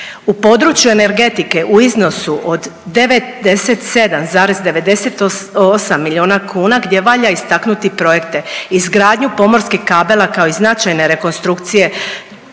U području energetike u iznosu od 97,98 milijuna kuna gdje valja istaknuti projekte izgradnju pomorskih kabela kao i značajne rekonstrukcije